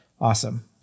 awesome